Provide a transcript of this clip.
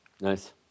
Nice